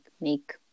make